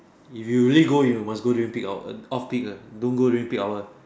if you really go you must go during peak hour off peak uh don't go to peak hour